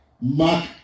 Mark